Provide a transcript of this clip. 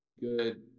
good